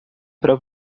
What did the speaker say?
para